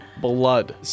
blood